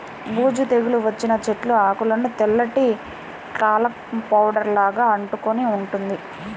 బూజు తెగులు వచ్చిన చెట్టు ఆకులకు తెల్లటి టాల్కమ్ పౌడర్ లాగా అంటుకొని ఉంటుంది